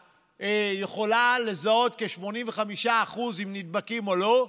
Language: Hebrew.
שיכולה לזהות בכ-85% אם נדבקים או לא,